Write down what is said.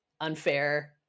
unfair